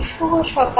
শুভ সকাল